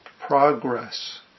progress